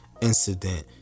incident